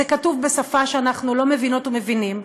זה כתוב בשפה שאנחנו לא מבינות ומבינים.